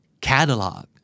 Catalog